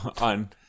on